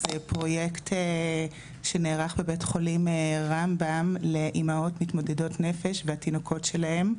זה פרויקט שנערך בבית חולים רמב"ם לאימהות מתמודדות נפש והתינוקות שלהן.